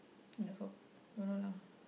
no hope don't know lah